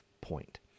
point